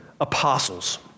apostles